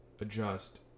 adjust